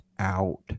out